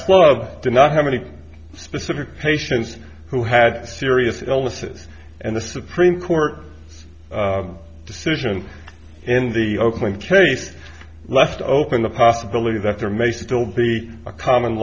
club did not have any specific patients who had serious illnesses and the supreme court decision in the open case left open the possibility that there may still be a common